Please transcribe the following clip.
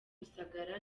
rusagara